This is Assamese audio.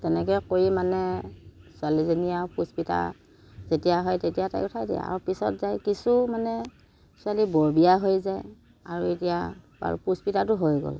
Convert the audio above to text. তেনেকৈ কৰি মানে ছোৱালীজনী আৰু পুস্পিতা যেতিয়া হয় তেতিয়া তাই উঠাই দিয়ে আৰু পিছত যাই কিছুমানে ছোৱালী বৰবিয়া হৈ যায় আৰু এতিয়া বাৰু পুস্পিতাতো হৈ গ'ল